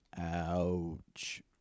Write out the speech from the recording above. Ouch